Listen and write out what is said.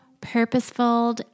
purposeful